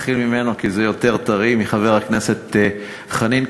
אתחיל מחבר הכנסת חנין,